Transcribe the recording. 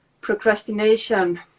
procrastination